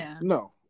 no